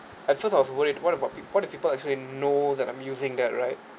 at first I was worried what about peo~ what do people actually know that I'm using that right